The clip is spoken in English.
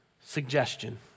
Suggestion